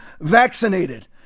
vaccinated